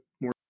more